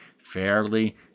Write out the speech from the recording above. fairly